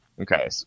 Okay